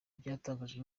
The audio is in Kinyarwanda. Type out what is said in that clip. byatangajwe